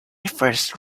first